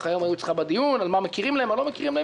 היום היו אצלך בדיון על מה מכירים להם ומה לא מכירים להם